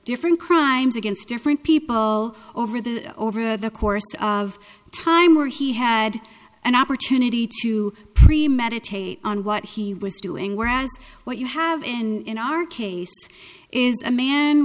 different crimes against different people over the over the course of time where he had an opportunity to premeditate on what he was doing whereas what you have in our case is